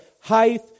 height